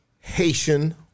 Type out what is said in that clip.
Haitian